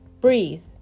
Breathe